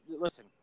listen